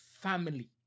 family